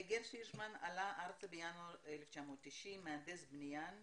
גרש פישמן עלה ארצה בינואר 1990, מהנדס בניין.